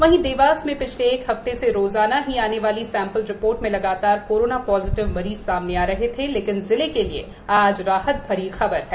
वहीं देवास में पिछले एक हप्ते से रोजाना ही आने वाली सैंपल रिपोर्ट में लगातार कोरोना पॉजिटिव मरीज सामने आ रहे थे लेकिन जिले के लिए आज राहत भरी खबर है